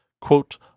quote